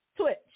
Twitch